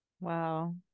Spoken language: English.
wow